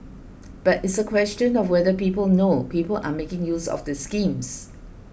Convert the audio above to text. but it's a question of whether people know people are making use of the schemes